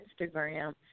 Instagram